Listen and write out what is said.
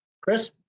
Chris